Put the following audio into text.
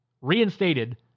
reinstated